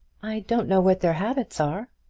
i don't know what their habits are.